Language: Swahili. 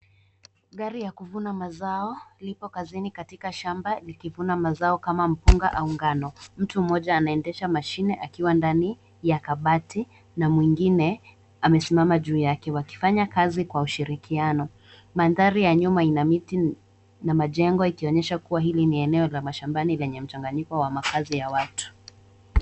Gari ya kuvuna mazao, liko kazini katika shamba likivuna mazao kama mpunga au ngano. Mtu mmoja anaendesha mashine akiwa ndani ya kabati, na mwingine amesimama juu yake wakifanya kazi kwa ushirikiano. Mandhari ya nyuma ina miti na majengo ikionyesha kuwa hili ni eneo la mashambani lenye mchanganyiko wa makazi ya watu.